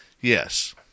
Yes